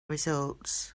results